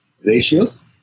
ratios